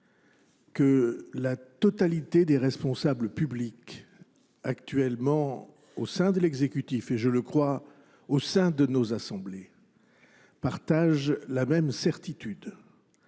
que la totalité des responsables publics actuellement au sein de l'exécutif, et je le crois, au sein de nos assemblées, partage la même certitude.